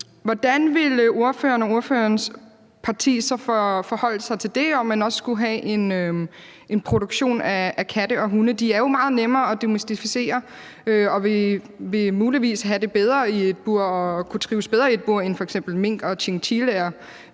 hvordan ville ordføreren og ordførerens parti så forholde sig til det? Skulle man så også have en produktion af katte og hunde? De er jo meget nemmere at domesticere og vil muligvis have det bedre og kunne trives bedre i et bur, end f.eks. mink og chinchillaer